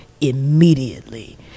immediately